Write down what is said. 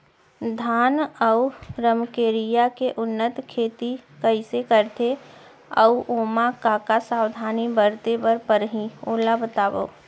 धान अऊ रमकेरिया के उन्नत खेती कइसे करथे अऊ ओमा का का सावधानी बरते बर परहि ओला बतावव?